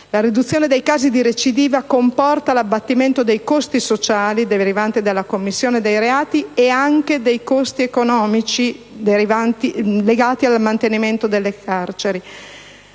La riduzione dei casi di recidiva comporta l'abbattimento dei costi sociali derivanti dalla commissione dei reati e dei costi economici legati al mantenimento delle carceri.